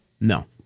No